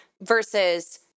versus